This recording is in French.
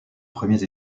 premiers